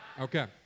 Okay